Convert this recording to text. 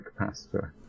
capacitor